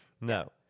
no